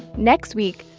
next week,